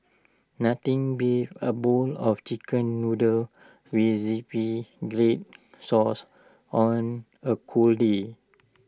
nothing beats A bowl of Chicken Noodles with Zingy Red Sauce on A cold day